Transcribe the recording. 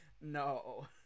No